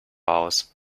aus